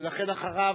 ולכן אחריו,